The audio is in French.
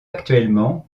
actuellement